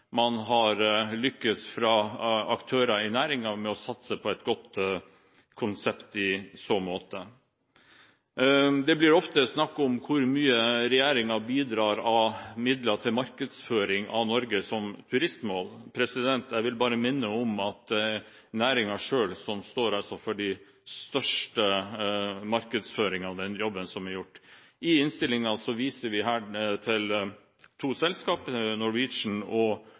man jo privilegert. Jeg er glad for at det er mange turister som mener det samme, og at aktører i næringen har lyktes med å satse på et godt konsept i så måte. Det blir ofte snakk om hvor mye regjeringen bidrar med midler til markedsføring av Norge som turistmål. Jeg vil bare minne om at næringen selv står for den største markedsføringen i den jobben som er gjort. I innstillingen viser vi her til to